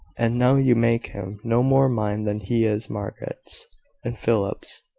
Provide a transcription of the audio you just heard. and now you make him no more mine than he is margaret's and philip's.